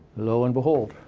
lo and behold,